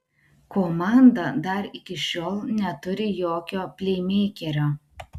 komanda dar iki šiol neturi jokio pleimeikerio